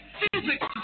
physics